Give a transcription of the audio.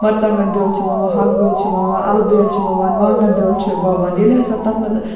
مرژٕوانگَن بیول چھُ وَوان ہاکہٕ بیول چھُ وَوان اَلہٕ بیول چھِ وَوان وانگَن بیول واوان ییٚلہِ ہسا تَتھ منٛز